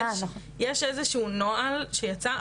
יש איזה שהוא נוהל שיצא,